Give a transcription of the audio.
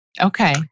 Okay